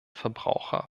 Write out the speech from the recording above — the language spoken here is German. verbraucher